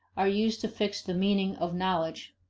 are used to fix the meaning of knowledge,